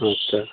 ᱟᱪᱪᱷᱟ